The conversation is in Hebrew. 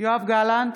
יואב גלנט,